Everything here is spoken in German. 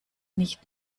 nicht